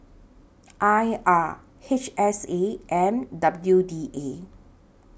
I R H S A and W D A